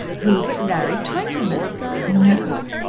who but larry twentyman no!